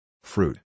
Fruit